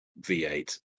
V8